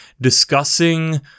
discussing